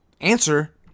Answer